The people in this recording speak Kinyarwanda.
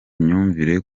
myumvire